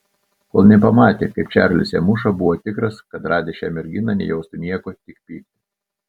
kol nepamatė kaip čarlis ją muša buvo tikras kad radęs šią merginą nejaustų nieko tik pyktį